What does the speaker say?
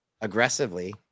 aggressively